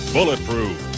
Bulletproof